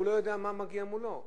הוא לא יודע מה מגיע מולו.